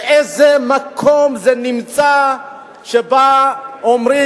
באיזה מקום זה קיים שאומרים,